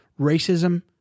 Racism